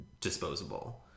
disposable